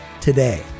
today